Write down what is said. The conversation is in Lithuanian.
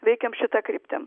veikiam šita kryptim